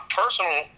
personal